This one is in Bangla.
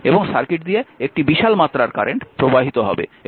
এবং সার্কিট দিয়ে একটি বিশাল মাত্রার কারেন্ট প্রবাহিত হবে